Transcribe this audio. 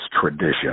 tradition